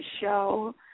show